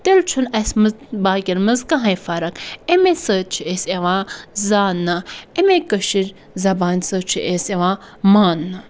تیٚلہِ چھُنہٕ اَسہِ مَنٛز باقیَن مَنٛز کٕہۭنۍ فَرَق اَمی سۭتۍ چھِ أسۍ یِوان زانٛنہٕ اَمی کٲشِر زَبانہِ سۭتۍ چھُ أسۍ یِوان مانٛنہٕ